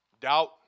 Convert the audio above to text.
doubt